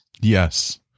Yes